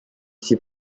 suis